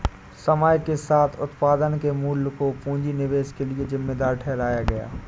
समय के साथ उत्पादन के मूल्य को पूंजी निवेश के लिए जिम्मेदार ठहराया गया